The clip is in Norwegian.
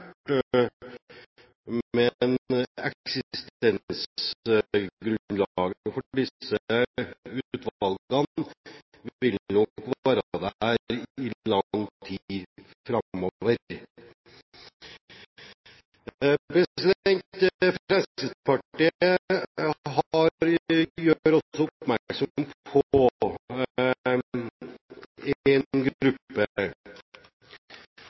eksistensgrunnlaget for disse utvalgene vil nok være der i lang tid framover. Fremskrittspartiet gjør også oppmerksom på